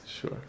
Sure